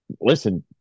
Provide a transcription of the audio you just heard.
listen